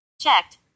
Checked